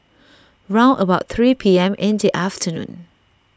round about three P M in the afternoon